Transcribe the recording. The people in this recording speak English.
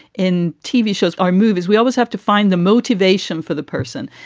in tv shows are movies, we always have to find the motivation for the person.